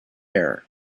air